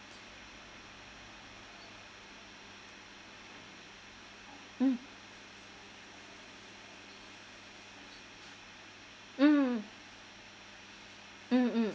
mm mm mm